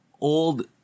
old